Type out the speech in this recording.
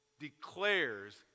declares